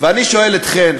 ואני שואל אתכן,